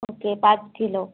okay पाच kilo